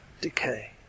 decay